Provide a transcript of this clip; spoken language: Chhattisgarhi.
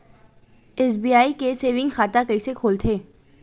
एस.बी.आई के सेविंग खाता कइसे खोलथे?